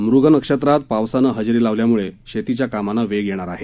मूग नक्षत्रात पावसाने हजेरी लावल्यामुळे शेतीच्या कामांना वेग येणार आहे